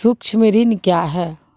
सुक्ष्म ऋण क्या हैं?